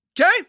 Okay